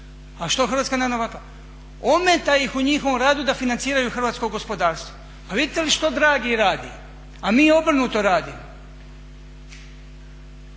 A što Hrvatska narodna banka? Ometa ih u njihovom radu da financiraju hrvatsko gospodarstvo. Pa vidite li što …/Govornik se ne razumije./…